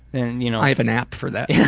and you know i have an app for that. yeah